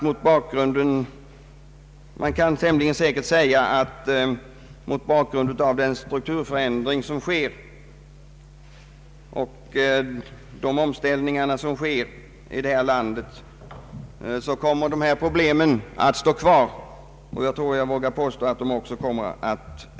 Mot bakgrund av de strukturförändringar och andra omställningar som sker kommer säkerligen dessa problem att kvarstå. Ja, sannolikt kommer de att öka yvtterligare.